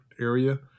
area